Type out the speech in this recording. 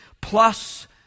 plus